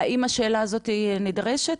האם השאלה הזאת נדרשת?